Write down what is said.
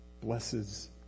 Blesses